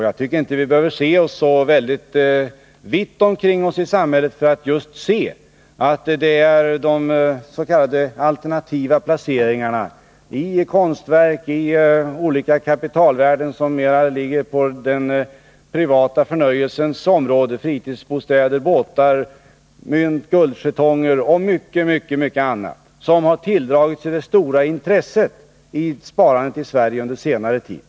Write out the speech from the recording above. Jag tycker inte att vi behöver se oss särskilt vitt omkring i samhället för att lägga märke till att det är de s.k. alternativa placeringarna i konstverk och i olika kapitalvärden som mer ligger på den privata förnöjelsens område: fritidsbostäder, båtar, mynt, guldjetonger och 69 mycket annat, som har dragit till sig det stora intresset vid sparande i Sverige under senare år.